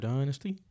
Dynasty